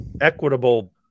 equitable